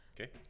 okay